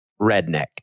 redneck